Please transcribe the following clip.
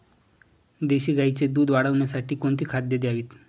देशी गाईचे दूध वाढवण्यासाठी कोणती खाद्ये द्यावीत?